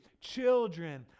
children